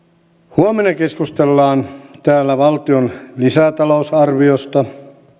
huomenna keskustellaan täällä valtion lisätalousarviosta